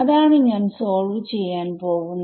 അതാണ് ഞാൻ സോൾവ് ചെയ്യാൻ പോവുന്നത്